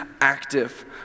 active